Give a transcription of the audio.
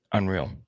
unreal